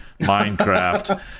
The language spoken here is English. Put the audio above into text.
Minecraft